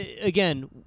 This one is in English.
again